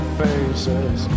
faces